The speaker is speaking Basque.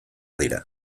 dira